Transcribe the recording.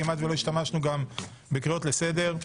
כמעט ולא השתמשנו בקריאות לסדר,